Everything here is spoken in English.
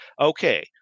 Okay